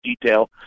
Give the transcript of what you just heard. detail